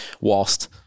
whilst